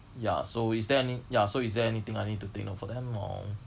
ya so is there any ya so is there anything I need to take note for them or